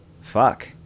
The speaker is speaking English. Fuck